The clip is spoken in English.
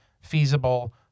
feasible